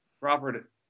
Robert